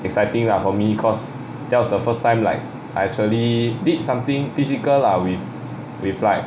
exciting lah for me cause that was the first time like I actually did something physical lah with with like